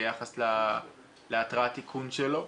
ביחס להתראת איכון שלו.